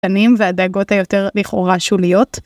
והדאגות היותר לכאורה שוליות.